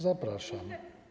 Zapraszam.